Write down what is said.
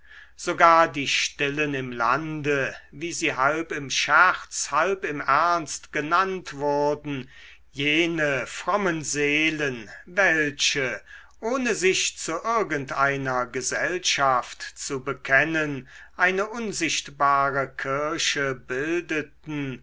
sogar die stillen im lande wie sie halb im scherz halb im ernst genannt wurden jene frommen seelen welche ohne sich zu irgend einer gesellschaft zu bekennen eine unsichtbare kirche bildeten